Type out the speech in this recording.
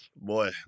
Boy